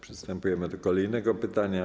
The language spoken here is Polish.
Przystępujemy do kolejnego pytania.